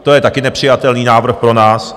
To je také nepřijatelný návrh pro nás.